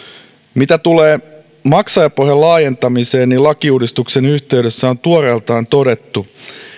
mitä tulee maksajapohjan laajentamiseen lakiuudistuksen yhteydessä on tuoreeltaan todettu